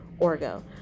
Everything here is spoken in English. orgo